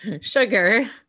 sugar